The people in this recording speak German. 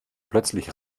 plötzlich